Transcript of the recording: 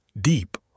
deep